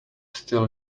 still